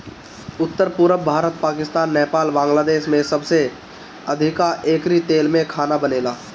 उत्तर, पुरब भारत, पाकिस्तान, नेपाल, बांग्लादेश में सबसे अधिका एकरी तेल में खाना बनेला